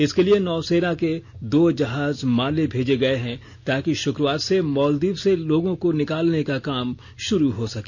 इसके लिए नौसेना के दो जहाज माले भेजे गये हैं ताकि शुक्रवार से मॉलदीव से लोगों को निकालने का काम शुरू हो सके